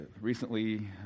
recently